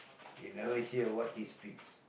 you never hear what he speaks